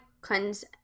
cleanse –